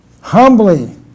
Humbly